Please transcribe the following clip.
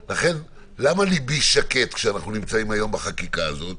למה ליבי שקט כשאנחנו נמצאים היום בחקיקה הזאת?